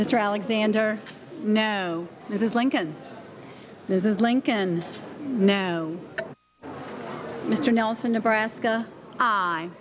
mr alexander no this is lincoln this is lincoln no mr nelson nebraska i